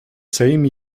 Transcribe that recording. same